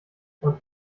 und